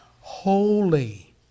Holy